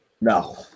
No